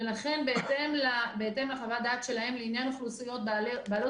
ולכן בהתאם לחוות הדעת שלהם לעניין אוכלוסיות בעלות